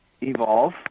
evolve